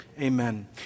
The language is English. amen